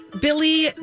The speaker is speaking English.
Billy